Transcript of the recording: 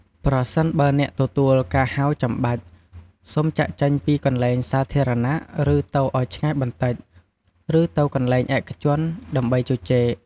ប្រសិនបើអ្នកទទួលការហៅចាំបាច់ សូមចាកចេញពីកន្លែងសាធារណៈឬទៅឲ្យឆ្ងាយបន្តិច ឬ ទៅកន្លែងឯកជន ដើម្បីជជែក។